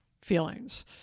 feelings